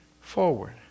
forward